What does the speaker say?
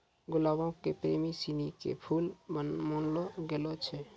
गुलाबो के प्रेमी सिनी के फुल मानलो गेलो छै